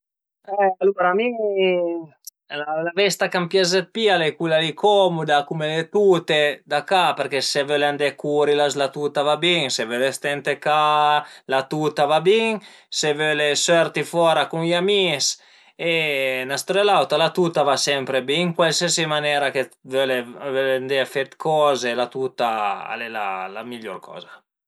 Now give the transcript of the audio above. Alura mi la vesta ch'a më pias dë pi al e cula li comuda cume le tute da ca përché se völe andé curi l'as la tua e a va bin, se völe ste ën la ca la tuta a va bin, se völe sörti fora cun i amis e 'na storia e l'auta la tuta a va sempre bin cualsiasi manera che völe völe andé fe la tuta al e la miglior coza